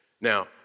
Now